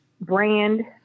brand